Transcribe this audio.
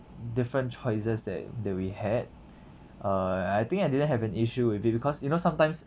different choices that that we had uh and I think I didn't have an issue with it because you know sometimes